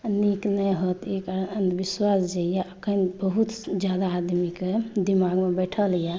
नीक नहि होयत एकर अंधविश्वास जे यऽ अखन बहुत जादा आदमीके दिमागमे बैठल यऽ